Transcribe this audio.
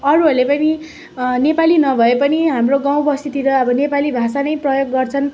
अरूहरूले पनि नेपाली नभए पनि हाम्रो गाउँ बस्तीतिर अब नेपाली भाषा नै प्रयोग गर्छन्